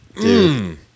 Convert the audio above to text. Dude